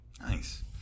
Nice